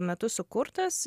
metu sukurtas